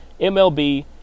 MLB